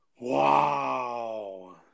Wow